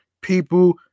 people